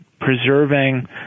preserving